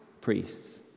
priests